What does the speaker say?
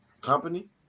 Company